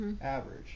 Average